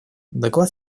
доклад